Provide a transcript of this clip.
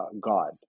God